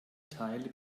teile